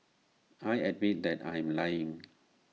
I admit that I am lying